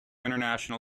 international